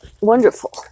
wonderful